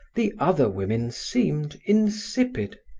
the other women seemed insipid,